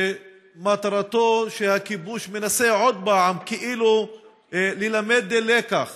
ומטרתו, הכיבוש מנסה עוד פעם כאילו ללמד לקח